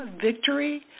victory